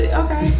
okay